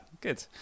good